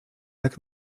jak